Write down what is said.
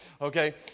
okay